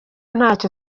ntacyo